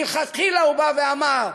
מלכתחילה הוא אמר: